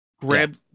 Grab